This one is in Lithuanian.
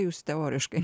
jūs teoriškai